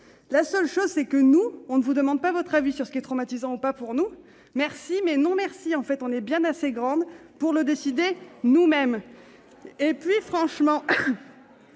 La seule chose, c'est que nous, nous ne vous demandons pas votre avis sur ce qui est traumatisant ou pas pour nous. Merci, mais non, merci ! Nous sommes bien assez grandes pour le décider nous-mêmes. Nous, c'est